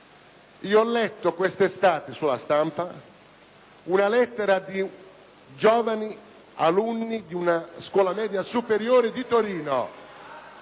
Ho letto quest'estate su «La Stampa» una lettera di giovani alunni di una scuola media superiore di Torino.